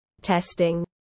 testing